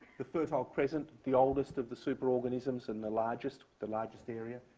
the fertile crescent, the oldest of the super organisms and the largest, the largest area,